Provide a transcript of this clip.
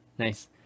Nice